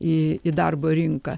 į darbo rinką